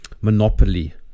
monopoly